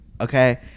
Okay